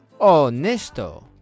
Honesto